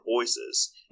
voices